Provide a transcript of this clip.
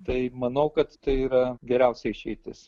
tai manau kad tai yra geriausia išeitis